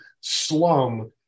slum